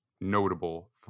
notable